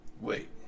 wait